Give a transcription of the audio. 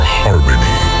harmony